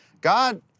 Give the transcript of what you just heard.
God